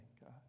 God